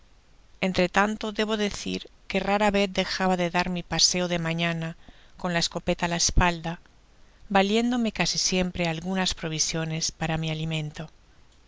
tanto debo decir que rara vez dejaba de dar mi paseo de mañana con la escopeta ála espalda valiéndome casi siempre algunas provisiones para mi alimento